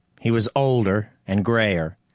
he was older and grayer,